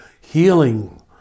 healing